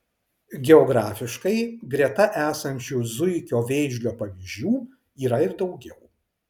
geografiškai greta esančių zuikio vėžlio pavyzdžių yra ir daugiau